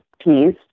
piece